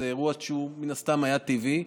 זה אירוע שמן הסתם היה טבעי.